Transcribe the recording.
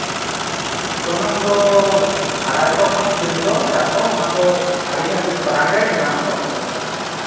ᱜᱚᱱᱚᱝ ᱫᱚ ᱟᱲᱟᱭ ᱥᱚ ᱠᱷᱚᱱ ᱛᱤᱱ ᱥᱚ ᱪᱟᱨ ᱥᱚ ᱚᱱᱟ ᱫᱚ ᱟᱹᱞᱤᱧᱟᱜ ᱫᱚ ᱵᱨᱟᱱᱰᱮᱰ ᱢᱮᱱᱟᱜ ᱟᱛᱚ ᱱᱚᱰᱮ ᱫᱚ